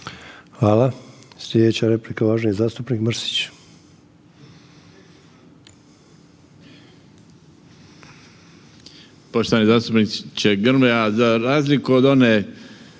Hvala. Slijedeća replika uvaženi zastupnik Mrsić.